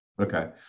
Okay